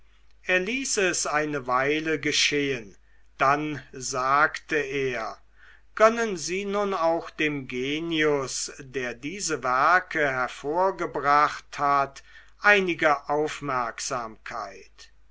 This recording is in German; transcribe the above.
er ließ es eine weile geschoben dann sagte er gönnen sie nun auch dem genius der diese werke hervorgebracht hat einige aufmerksamkeit